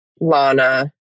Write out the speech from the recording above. Lana